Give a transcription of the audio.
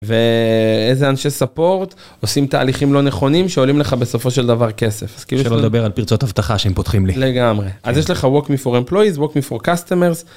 ואיזה אנשי support עושים תהליכים לא נכונים שעולים לך בסופו של דבר כסף. אפשר לדבר על פרצות הבטחה שהם פותחים לי. לגמרי, אז יש לך walk me for employees, walk me for customers.